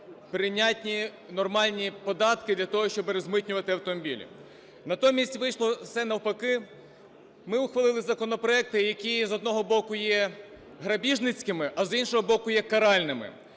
прийнятні нормальні податки для того, щоби розмитнювати автомобілі. Натомість, вийшло все навпаки. Ми ухвалили законопроекти, які з одного боку є грабіжницькими, а з іншого боку є каральними.